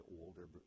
older